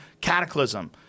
cataclysm